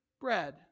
bread